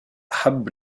أحب